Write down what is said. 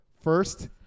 First